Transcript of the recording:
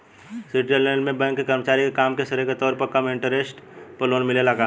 Switzerland में bank के कर्मचारी के काम के श्रेय के तौर पर कम इंटरेस्ट पर लोन मिलेला का?